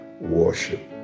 worship